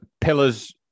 Pillars